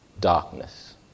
darkness